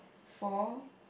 four